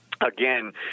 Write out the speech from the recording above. Again